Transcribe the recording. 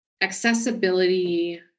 accessibility